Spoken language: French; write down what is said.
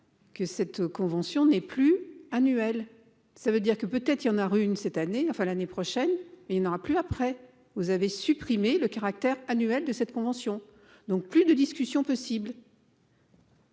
que cette convention n'est plus annuelle. Ça veut dire que peut-être il y en a. Rue une cette année, enfin l'année prochaine, il n'aura plus après, vous avez supprimé le caractère annuel de cette convention, donc plus de discussion possible.